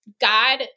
God